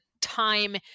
time